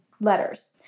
letters